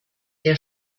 der